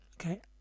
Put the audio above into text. Okay